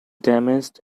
damaged